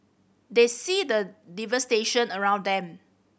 they see the devastation around them